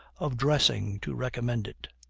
of dressing, to recommend it.